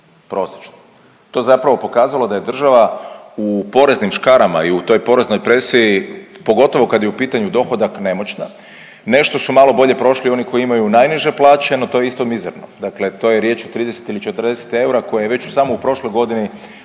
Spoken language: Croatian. je zapravo pokazalo da je država u poreznim škarama i u toj poreznoj presiji pogotovo kad je u pitanju dohodak nemoćna. Nešto su malo bolje prošli oni koji imaju najniže plaće no to je isto mizerno. Dakle, to je riječ o 30 ili 40 eura koje je već samo u prošloj godini